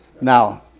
Now